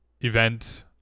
event